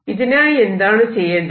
ഇതിനായി എന്താണ് ചെയ്യേണ്ടത്